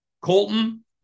Colton